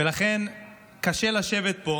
לכן קשה לשבת פה